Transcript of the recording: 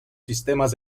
sistemas